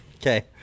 Okay